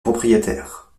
propriétaire